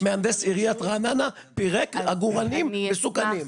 מהנדס עיריית רעננה פירק עגורנים מסוכנים,